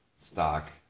stock